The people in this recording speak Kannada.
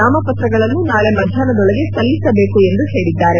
ನಾಮಪತ್ರಗಳನ್ನು ನಾಳೆ ಮಧ್ಯಾಹ್ನದೊಳಗೆ ಸಲ್ಲಿಸಬೇಕು ಎಂದು ಹೇಳಿದ್ದಾರೆ